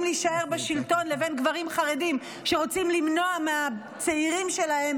להישאר בשלטון לבין גברים חרדים שרוצים למנוע מהצעירים שלהם